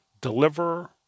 deliver